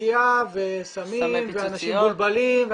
סמי פיצוציות?